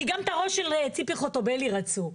כי גם את הראש של ציפי חוטובלי רצו.